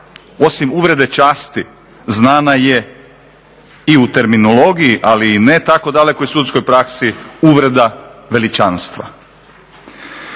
Osim uvrede časti znana je i u terminologiji, ali i ne tako dalekoj sudskoj praksi uvreda veličanstva.